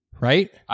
Right